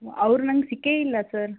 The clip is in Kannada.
ಅವರು ನನಗೆ ಸಿಕ್ಕೇ ಇಲ್ಲ ಸರ್